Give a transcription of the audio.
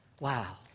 Wow